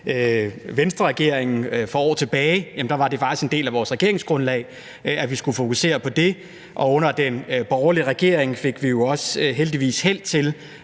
Venstreregeringen for år tilbage faktisk var en del af vores regeringsgrundlag, at vi skulle fokusere på det. Og under den borgerlige regering fik vi jo også held til